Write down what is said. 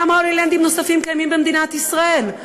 כמה הולילנדים נוספים קיימים במדינת ישראל?